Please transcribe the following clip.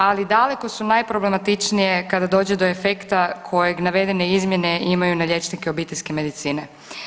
Ali daleko su najproblematičnije kada dođe do efekta kojeg navedene izmjene imaju na liječnike obiteljske medicine.